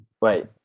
Wait